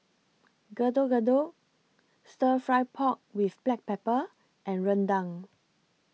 Getuk Getuk Stir Fried Pork with Black Pepper and Rendang